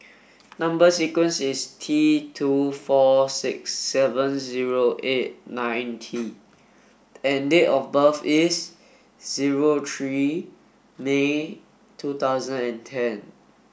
number sequence is T two four six seven zero eight nine T and date of birth is zero three May two thousand and ten